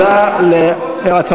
על עבודה תקינה של הכנסת,